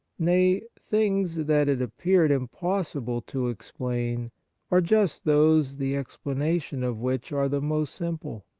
nay, things that it appeared impossible to explain are just those the explanation of which are the most simple.